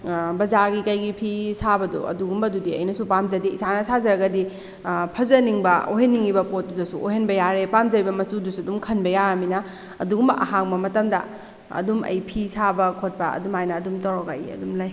ꯕꯖꯥꯔꯒꯤ ꯀꯩꯒꯤ ꯐꯤ ꯁꯥꯕꯗꯣ ꯑꯗꯨꯒꯨꯝꯕꯗꯨꯗꯤ ꯑꯩꯅꯁꯨ ꯄꯥꯝꯖꯗꯦ ꯏꯁꯥꯅ ꯁꯥꯖꯔꯒꯗꯤ ꯐꯖꯍꯟꯅꯤꯡꯕ ꯑꯣꯏꯍꯟꯅꯤꯡꯉꯤꯕ ꯄꯣꯠꯇꯨꯗꯁꯨ ꯑꯣꯏꯍꯟꯕ ꯌꯥꯔꯦ ꯄꯥꯝꯖꯔꯤꯕ ꯃꯆꯨꯗꯨꯁꯨ ꯑꯗꯨꯝ ꯈꯟꯕ ꯌꯥꯔꯃꯤꯅ ꯑꯗꯨꯒꯨꯝꯕ ꯑꯍꯥꯡꯕ ꯃꯇꯝꯗ ꯑꯗꯨꯝ ꯑꯩ ꯐꯤ ꯁꯥꯕ ꯈꯣꯠꯄ ꯑꯗꯨꯃꯥꯏꯅ ꯑꯗꯨꯝ ꯇꯧꯔꯒ ꯑꯩ ꯑꯗꯨꯝ ꯂꯩ